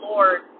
Lord